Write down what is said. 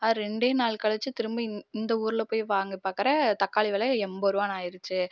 அது ரெண்டே நாள் கழிச்சு திரும்ப இ இந்த ஊரில் போய் வாங்க பார்க்கற தக்காளி வில எண்பதுருவான்னு ஆயிடுச்சு